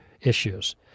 issues